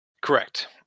Correct